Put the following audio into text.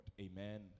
Amen